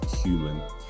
human